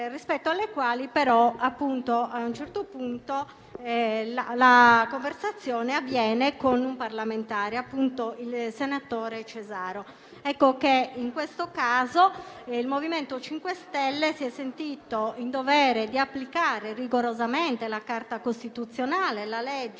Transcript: rispetto alle quali però, appunto, la conversazione a un certo punto avviene con un parlamentare, appunto con il senatore Cesaro. In questo caso il MoVimento 5 Stelle si è sentito in dovere di applicare rigorosamente la Carta costituzionale, la legge